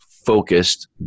focused